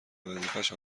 وظیفهش